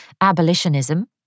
abolitionism